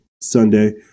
Sunday